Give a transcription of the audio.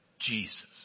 Jesus